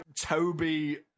Toby